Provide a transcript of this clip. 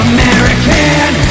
American